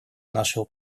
нашего